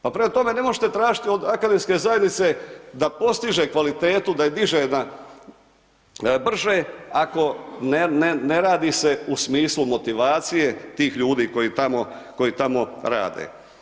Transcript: Pa prema tome, ne možete tražiti od akademske zajednice da postiže kvalitetu, da je diže brže ako ne radi se u smislu motivacije tih ljudi koji tamo rade.